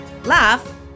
laugh